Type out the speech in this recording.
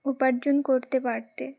উপার্জন করতে পারতে